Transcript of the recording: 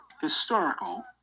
historical